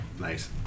Nice